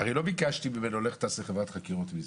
לא ביקשתי ממנו שיקימו חברת חקירות.